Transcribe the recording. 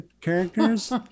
characters